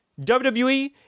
WWE